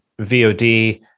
VOD